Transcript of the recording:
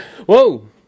Whoa